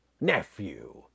nephew